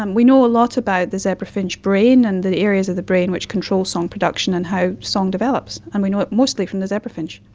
um we know a lot about the zebra finch brain and the the areas of the brain which controls song production and how song develops, and we know it mostly from the zebra finch.